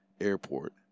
airport